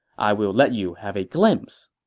i will let you have a glimpse.